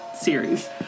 series